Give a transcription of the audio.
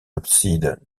absides